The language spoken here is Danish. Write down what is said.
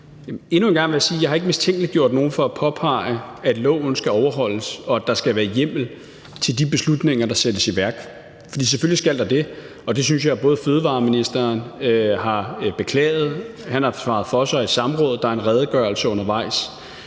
Endnu en gang vil jeg sige, at jeg ikke har mistænkeliggjort nogen for at påpege, at loven skal overholdes, og at der skal være hjemmel til de beslutninger, der sættes i værk. For selvfølgelig skal der det, og jeg synes jo både, at fødevareministeren har beklaget det, han har svaret for sig i et samråd, og der er en redegørelse undervejs.